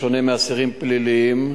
בשונה מאסירים פליליים,